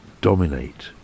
dominate